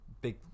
big